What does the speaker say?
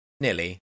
Nearly